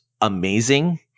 amazing